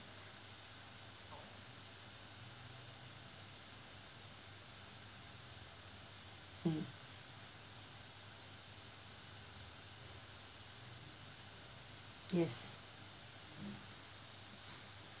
mm yes